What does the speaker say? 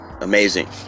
amazing